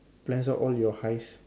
plans out all your heist